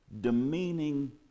demeaning